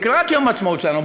לקראת יום העצמאות שלנו,